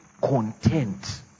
content